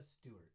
Stewart